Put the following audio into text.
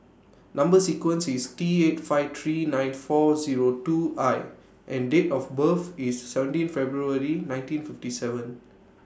Number sequence IS T eight five three nine four Zero two I and Date of birth IS seventeen February nineteen fifty seven